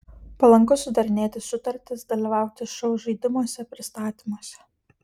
palanku sudarinėti sutartis dalyvauti šou žaidimuose pristatymuose